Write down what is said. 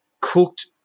cooked